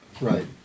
Right